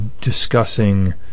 discussing